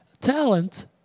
talent